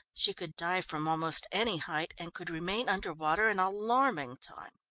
she could dive from almost any height and could remain under water an alarming time.